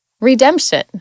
Redemption